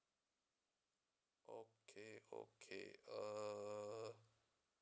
okay okay err